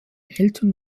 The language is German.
eltern